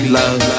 love